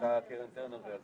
שיתקהלו מול כלוב.